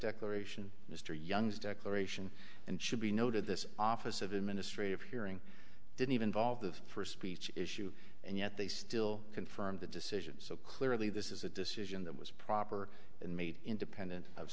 declaration mr young's declaration and should be noted this office of administrative hearing didn't even volved the first speech issue and yet they still confirmed the decision so clearly this is a decision that was proper and made independent of